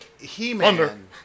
He-Man